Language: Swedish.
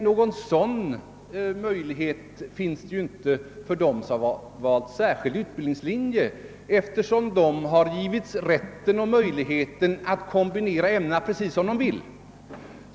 Någon sådan möjlighet finns inte för dem som valt särskild utbildningslinje, eftersom de fått rätten och möjligheten att kombinera ämnena precis som de vill.